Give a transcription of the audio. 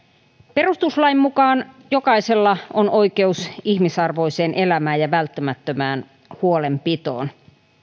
perustuslain mukaan jokaisella on oikeus ihmisarvoiseen elämään ja välttämättömään huolenpitoon